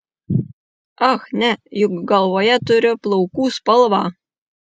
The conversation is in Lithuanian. ach ne juk galvoje turiu plaukų spalvą